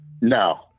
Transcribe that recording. No